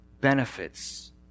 benefits